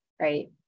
right